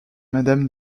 madame